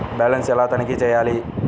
Balance ఎలా తనిఖీ చేయాలి?